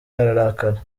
ararakara